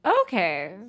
Okay